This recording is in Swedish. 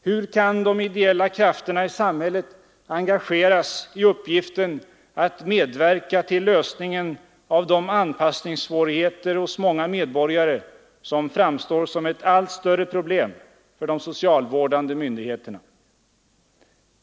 Hur kan de ideella krafterna i samhället engageras i uppgiften att medverka till lösningen av de anpassningssvårigheter hos många medborgare som framstår som ett allt större problem för de socialvårdande myndigheterna?